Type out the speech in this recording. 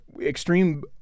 extreme